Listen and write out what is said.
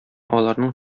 аларның